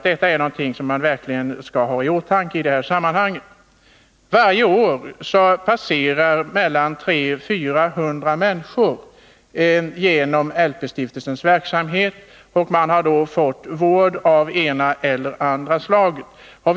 Det skall man verkligen ha i åtanke i detta sammanhang. Varje år passerar mellan 300 och 400 människor genom LP-stiftelsens verksamhet. Dessa har då fått vård av ena eller andra slaget.